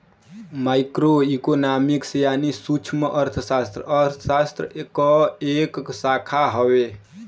micro economics यानी सूक्ष्मअर्थशास्त्र अर्थशास्त्र क एक शाखा हउवे